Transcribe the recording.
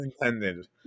intended